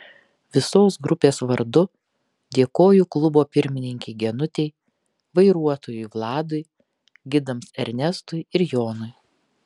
visos grupės vardu dėkoju klubo pirmininkei genutei vairuotojui vladui gidams ernestui ir jonui